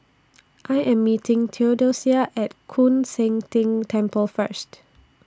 I Am meeting Theodosia At Koon Seng Ting Temple First